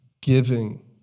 giving